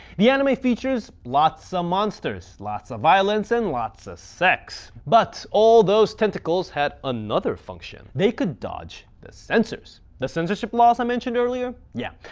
the anime features lots of so monsters, lots of violence, and lots of sex. but all those tentacles had another function they could dodge the censors. the censorship laws i mentioned earlier? yeah.